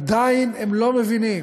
עדיין הם לא מבינים,